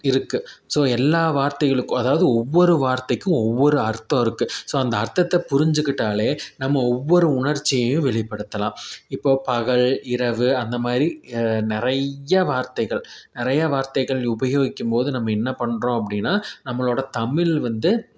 இருக்குது ஸோ எல்லா வார்த்தைகளுக்கும் அதாவது ஒவ்வொரு வார்த்தைக்கு ஒவ்வொரு அர்த்தம் இருக்குது ஸோ அந்த அர்த்தத்தை புரிஞ்சுக்கிட்டாலே நம்ம ஒவ்வொரு உணர்ச்சியையும் வெளிப்படுத்தலாம் இப்போது பகல் இரவு அந்த மாதிரி நிறைய வார்த்தைகள் நிறைய வார்த்தைகள் உபயோகிக்கும் போது நம்ம என்ன பண்ணுறோம் அப்படின்னா நம்மளோடய தமிழ் வந்து